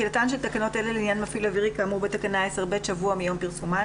תחילה דחויה למפעיל אווירי כאמור בתקנה 10(ב) תחילתן